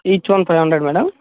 each one five hundred madam